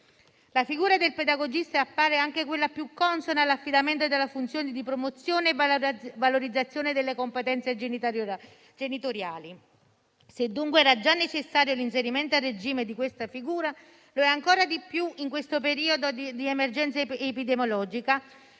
La figura del pedagogista appare anche quella più consona all'affidamento della funzione di promozione e valorizzazione delle competenze genitoriali. Se, dunque, era già necessario l'inserimento a regime di tale figura, lo è ancora di più in questo periodo di emergenza epidemiologica,